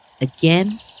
again